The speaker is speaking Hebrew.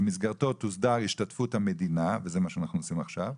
במסגרתו תוסדר השתתפות המדינה וזה מה שאנחנו עושים עכשיו.